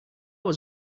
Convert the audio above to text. was